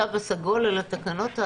התו הסגול או התקנות?